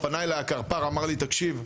פנה אלי הקרפ"ר ואמר לי: תקשיב,